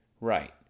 Right